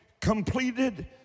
completed